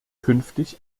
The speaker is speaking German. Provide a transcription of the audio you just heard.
künftig